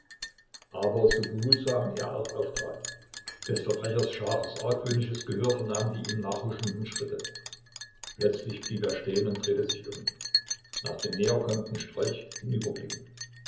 aber so behutsam er auch auftrat des verbrechers scharfes argwöhnisches gehör vernahm die ihm nachhuschenden schritte plötzlich blieb er stehen und drehte sich um nach dem näherkommenden strolch